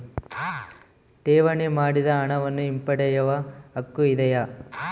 ಠೇವಣಿ ಮಾಡಿದ ಹಣವನ್ನು ಹಿಂಪಡೆಯವ ಹಕ್ಕು ಇದೆಯಾ?